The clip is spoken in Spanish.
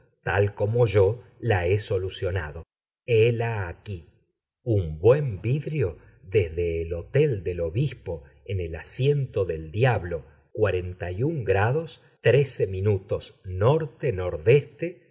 como yo la he solucionado hela aquí un buen vidrio desde el hotel del obispo en el asiento del diablo cuarenta y un grados trece minutos norte nordeste